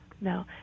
No